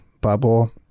bubble